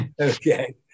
Okay